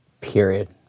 Period